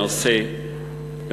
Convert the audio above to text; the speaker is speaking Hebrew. גם בנושא התקשורת,